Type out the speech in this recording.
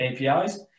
APIs